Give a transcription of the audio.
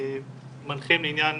מנחים לעניין